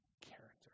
character